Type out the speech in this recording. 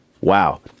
Wow